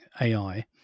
AI